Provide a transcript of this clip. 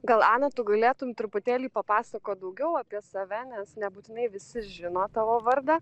gal ana tu galėtum truputėlį papasakot daugiau apie save nes nebūtinai visi žino tavo vardą